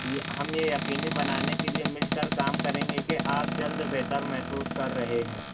یہ ہم یہ یقینی بنانے کے لیے مل کر کام کریں گے کہ آپ جلد بہتر محسوس کر رہے ہیں